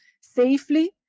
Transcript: safely